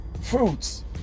Fruits